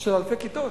של אלפי כיתות.